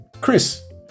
Chris